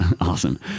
Awesome